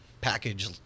package